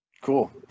Cool